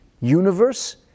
universe